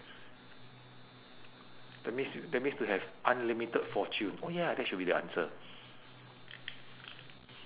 that means y~ that means to have unlimited fortune oh yeah that should be the answer